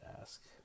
ask